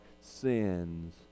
sins